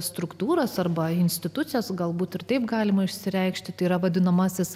struktūras arba institucijas galbūt ir taip galima išsireikšti yra vadinamasis